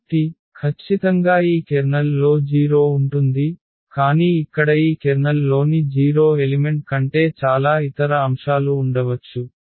కాబట్టి ఖచ్చితంగా ఈ కెర్నల్ లో 0 ఉంటుంది కానీ ఇక్కడ ఈ కెర్నల్ లోని 0 ఎలిమెంట్ కంటే చాలా ఇతర అంశాలు ఉండవచ్చు